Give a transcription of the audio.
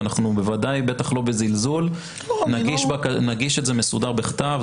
ובוודאי בטח לא בזלזול נגיש את זה מסודר בכתב,